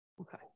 Okay